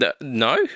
No